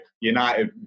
United